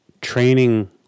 training